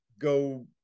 go